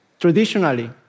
Traditionally